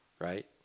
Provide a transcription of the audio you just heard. right